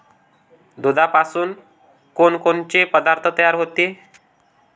दुधापासून कोनकोनचे पदार्थ तयार होते?